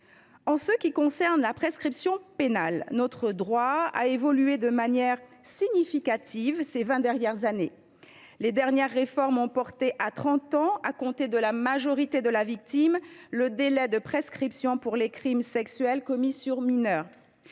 En ce qui concerne la prescription pénale, notre droit a évolué de manière significative ces vingt dernières années. Les dernières réformes ont porté à trente ans, à compter de la majorité de la victime, le délai de prescription pour les crimes sexuels commis sur mineurs.